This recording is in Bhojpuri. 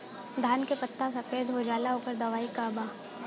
धान के पत्ता सफेद हो जाला ओकर दवाई का बा?